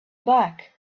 back